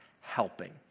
helping